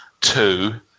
two